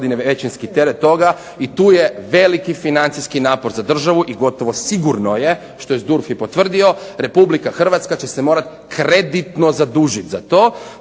većinski teret toga i tu je veliki financijski napor za državu i gotovo sigurno je što je SDURF i potvrdio Republika Hrvatska će se morati kreditno zadužiti za to,